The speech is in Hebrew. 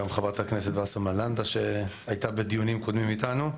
גם חברת הכנסת וסרמן לנדה שהייתה בדיונים קודמים איתנו.